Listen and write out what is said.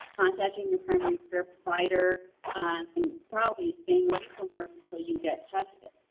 contacting your primary care provider and probably staying away from work until you get tested.